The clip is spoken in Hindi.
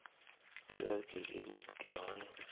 टिलर की कीमत क्या है?